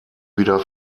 wieder